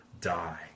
die